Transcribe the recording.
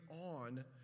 on